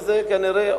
וזה כנראה,